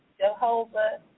Jehovah